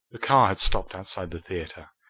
the car had stopped outside the theatre.